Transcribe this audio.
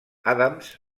adams